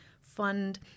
fund